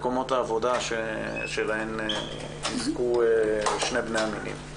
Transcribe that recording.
מקומות העבודה שמיועדים לשני בני המינים.